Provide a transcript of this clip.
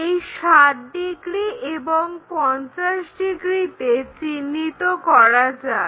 এই 60 ডিগ্রি এবং 50 ডিগ্রিকে চিহ্নিত করা যাক